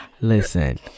Listen